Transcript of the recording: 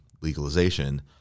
legalization